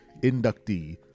inductee